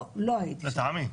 לא הייתי שם,